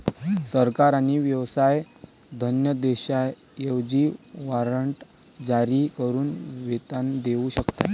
सरकार आणि व्यवसाय धनादेशांऐवजी वॉरंट जारी करून वेतन देऊ शकतात